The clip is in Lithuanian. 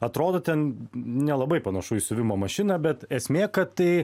atrodo ten nelabai panašu į siuvimo mašiną bet esmė kad tai